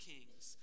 Kings